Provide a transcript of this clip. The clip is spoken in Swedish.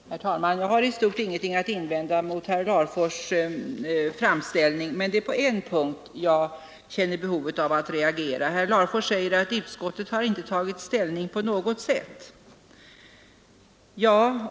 Herr talman! Jag har i stort ingeting att invända mot herr Larfors” framställning, men på en punkt känner jag behov av att reagera. Herr Larfors säger att utskottet inte har tagit ställning på något sätt.